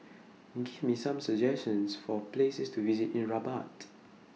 Give Me Some suggestions For Places to visit in Rabat